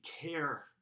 care